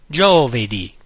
giovedì